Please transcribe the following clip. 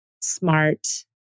smart